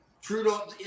Trudeau